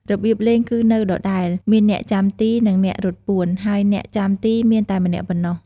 របៀបលេងគឺនៅដដែល មានអ្នកចាំទី និង អ្នករត់ពួន ហើយអ្នកចាំទីមានតែម្នាក់ប៉ុណ្ណោះ។